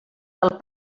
del